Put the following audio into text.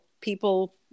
people